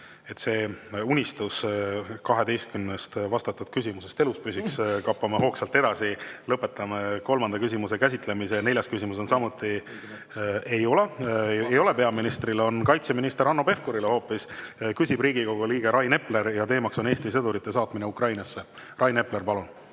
et unistus 12 vastatud küsimusest elus püsiks, kappame hoogsalt edasi. Lõpetame kolmanda küsimuse käsitlemise. Neljas küsimus on samuti ... Ei ole. Ei ole peaministrile, on hoopis kaitseminister Hanno Pevkurile. Küsib Riigikogu liige Rain Epler ja teema on Eesti sõdurite saatmine Ukrainasse. Rain Epler, palun!